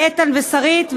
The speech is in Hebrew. לאיתן ושרית,